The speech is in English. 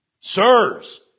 Sirs